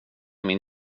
min